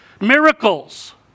Miracles